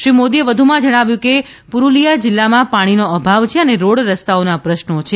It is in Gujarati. શ્રી મોદીએ વધુમાં જણાવ્યું કે પૂરૂલિયા જિલ્લામાં પાણીનો અભાવ છે અને રોડ રસ્તાઓના પ્રશ્નો છે